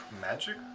magic